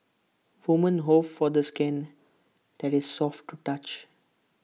women hope for the skin that is soft to touch